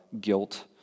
guilt